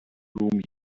room